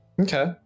Okay